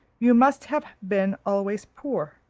you must have been always poor.